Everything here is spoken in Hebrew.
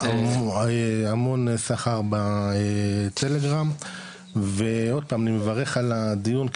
המון סחר בטלגרם ועוד פעם אני מברך על הדיון,